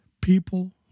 people